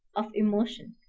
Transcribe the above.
of emotion,